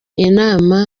inama